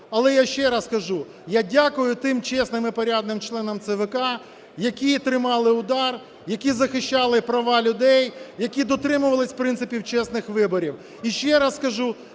Але я ще раз кажу, я дякую тим чесним і порядним членам ЦВК, які тримали удар, які захищали права людей, які дотримувалися принципів чесних виборів.